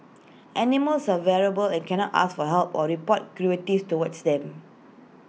animals are vulnerable and cannot ask for help or report cruelties towards them